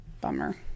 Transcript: bummer